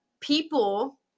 people